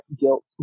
guilt